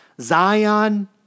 Zion